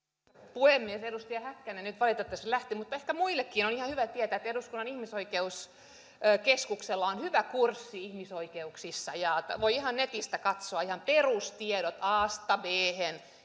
puhemies edustaja häkkänen nyt valitettavasti lähti mutta ehkä muidenkin on ihan hyvä tietää että eduskunnan yhteydessä toimivalla ihmisoikeuskeskuksella on hyvä kurssi ihmisoikeuksista ja voi ihan netistä katsoa perustiedot asta bhen